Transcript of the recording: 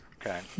okay